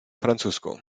francusku